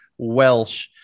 Welsh